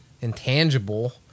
intangible